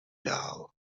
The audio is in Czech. dál